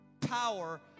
power